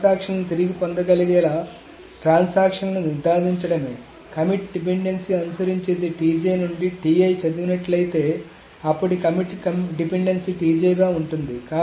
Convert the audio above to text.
transaction లను తిరిగి పొందగలిగేలా ట్రాన్సాక్షన్ లను నిర్ధారించడమే కమిట్ డిపెండెన్సీ అనుసరించేది నుండి చదివినట్లయితే అప్పటి కమిట్ డిపెండెన్సీ గా ఉంటుంది